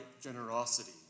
generosity